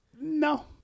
No